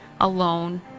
alone